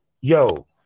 yo